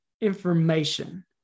information